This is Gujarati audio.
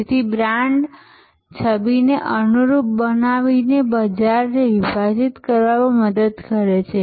તેથી બ્રાન્ડ છબીને અનુરૂપ બનાવીને બજારને વિભાજિત કરવામાં મદદ કરે છે